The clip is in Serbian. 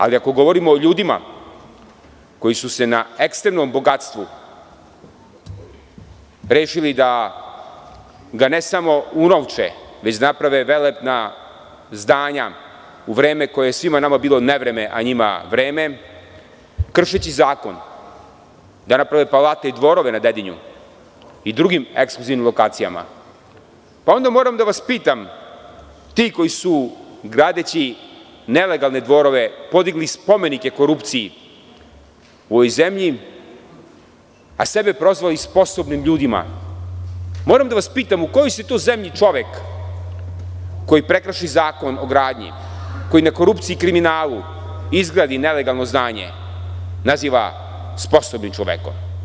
Ali, ako govorimo o ljudima koji su na ekstremnom bogatstvu rešili da ga ne samo unovče, već naprave velelepna zdanja u vreme koje je svima nama bilo nevreme, a njima vreme, kršeći zakon da naprave palate i dvorove na Dedinju i drugim ekskluzivnim lokacijama, onda moram da vas pitam, ti koji su gradeći nelegalne dvorove podigli spomenike korupciji u ovoj zemlji, a sebe prozvali sposobnim ljudima, moram da vas pitam u kojoj se to zemlji čovek koji prekrši zakon o gradnji, koji na korupciji i kriminalu izgradi nelegalno zdanje, naziva sposobnim čovekom?